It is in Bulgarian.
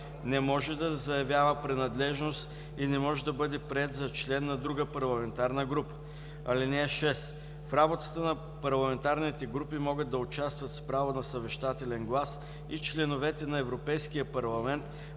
не може да заявява принадлежност и не може да бъде приет за член на друга парламентарна група. (6) В работата на парламентарните групи могат да участват с право на съвещателен глас и членовете на Европейския парламент